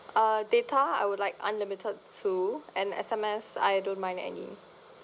uh data I would like unlimited too and S_M_S I don't mind any